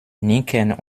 nicken